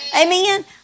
Amen